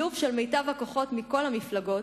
השילוב של מיטב הכוחות מכל המפלגות